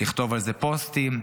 לכתוב על זה פוסטים,